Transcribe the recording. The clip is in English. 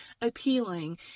appealing